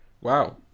Wow